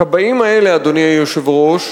הכבאים האלה, אדוני היושב-ראש,